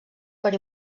per